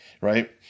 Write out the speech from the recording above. right